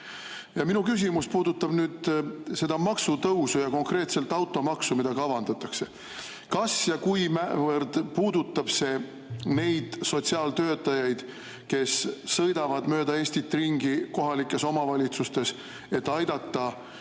küsimus puudutab seda maksutõusu ja konkreetselt automaksu, mida kavandatakse. Kas ja kuivõrd puudutab see neid sotsiaaltöötajaid, kes sõidavad mööda Eestit ringi kohalikes omavalitsustes, et aidata